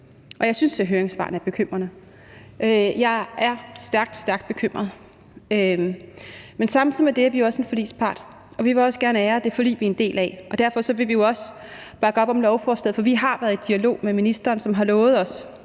42. Jeg synes, at høringssvarene er bekymrende. Jeg er stærkt, stærkt bekymret. Men samtidig med det er vi også en forligspart, og vi vil også gerne ære det forlig, vi er en del af. Derfor vil vi jo også bakke op om lovforslaget, for vi har været i dialog med ministeren, som har lovet os,